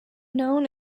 known